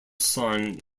son